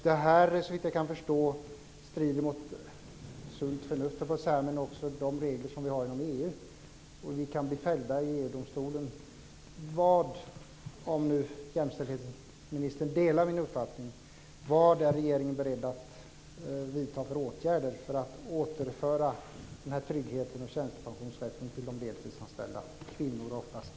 Såvitt jag kan förstå strider det här mot sunt förnuft, skulle jag vilja säga, och också mot de regler som finns i EU. Vi kan bli fällda i EU-domstolen. Om jämställdhetsministern delar min uppfattning, vilka åtgärder är regeringen då beredd att vidta för att återföra den här tryggheten och tjänstepensionsrätten till de deltidsanställda - oftast kvinnor?